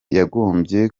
yagombye